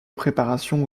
préparation